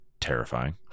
terrifying